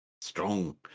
Strong